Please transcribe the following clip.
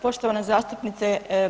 Poštovana zastupnice.